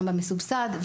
גם במסובסד,